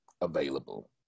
available